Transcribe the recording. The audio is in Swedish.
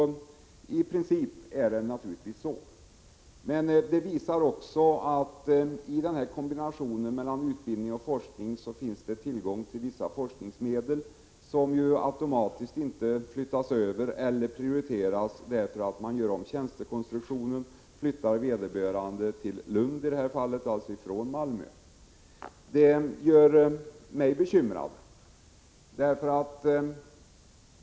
I princip är det naturligtvis så. Men i den här kombinationen av utbildning och forskning finns det tillgång till vissa forskningsmedel, som inte automatiskt flyttas över eller prioriteras därför att man gör om tjänstekonstruktionen och flyttar vederbörande till Lund i det här fallet, alltså från Malmö. Detta gör mig bekymrad.